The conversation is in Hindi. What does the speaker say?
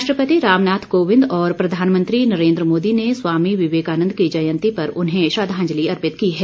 राष्ट्रपति रामनाथ कोविंद और प्रधानमंत्री नरेन्द्र मोदी ने स्वामी विवेकानन्द की जयंती पर उन्हें श्रद्वांजलि अर्पित की है